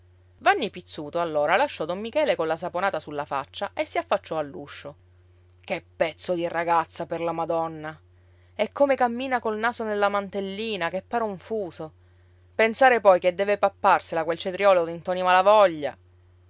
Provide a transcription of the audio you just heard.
vanni pizzuto allora lasciò don michele colla saponata sulla faccia e si affacciò all'uscio che pezzo di ragazza per la madonna e come cammina col naso nella mantellina che pare un fuso pensare poi che deve papparsela quel cetriolo di ntoni malavoglia